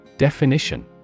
Definition